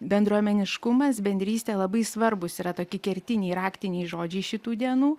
bendruomeniškumas bendrystė labai svarbūs yra tokie kertiniai raktiniai žodžiai šitų dienų